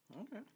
Okay